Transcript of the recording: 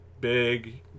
big